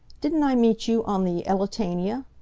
didn't i meet you on the elletania?